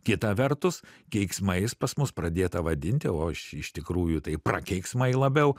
kita vertus keiksmais pas mus pradėta vadinti o iš tikrųjų tai prakeiksmai labiau